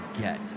get